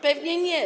Pewnie nie.